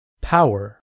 Power